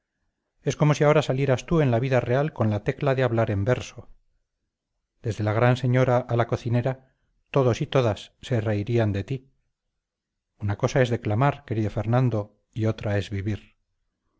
es como si ahora salieras tú en la vida real con la tecla de hablar en verso desde la gran señora a la cocinera todos y todas se reirían de ti una cosa es declamar querido fernando y otra es vivir